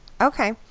okay